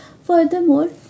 Furthermore